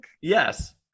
Yes